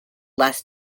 less